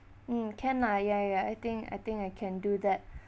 mm can lah ya ya ya I think I think I can do that